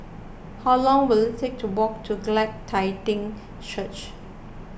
how long will it take to walk to Glad Tidings Church